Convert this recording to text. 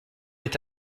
est